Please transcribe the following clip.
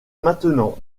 maintenant